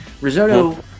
risotto